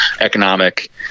economic